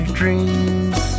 dreams